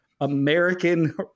American